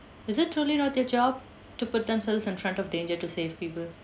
is it totally not their job to put themselves in front of danger to save people